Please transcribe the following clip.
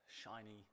shiny